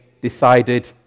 decided